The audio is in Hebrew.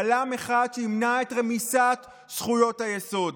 בלם אחד שימנע את רמיסת זכויות היסוד.